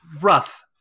rough